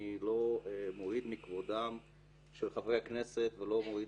אני לא מוריד מכבודם של חברי הכנסת ולא מוריד